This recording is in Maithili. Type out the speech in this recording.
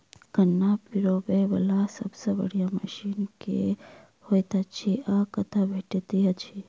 गन्ना पिरोबै वला सबसँ बढ़िया मशीन केँ होइत अछि आ कतह भेटति अछि?